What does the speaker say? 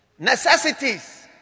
Necessities